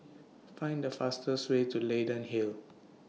Find The fastest Way to Leyden Hill